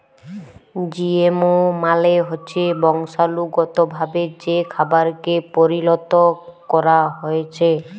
GMO মালে হচ্যে বংশালুগতভাবে যে খাবারকে পরিলত ক্যরা হ্যয়েছে